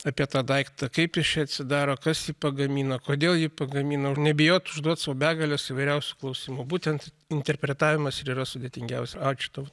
apie tą daiktą kaip jis čia atsidaro kas pagamino kodėl jį pagamino nebijot užduot sau begales įvairiausių klausimų būtent interpretavimas ir yra sudėtingiausia ačiū tau